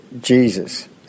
Jesus